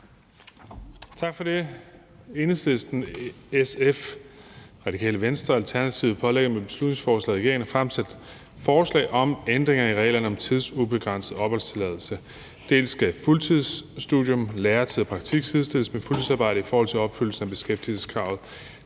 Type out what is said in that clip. Tak for det.